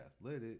athletic